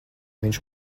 viņš